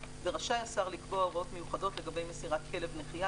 ורשאי השר לקבוע הוראות מיוחדות לגבי מסירת כלב נחייה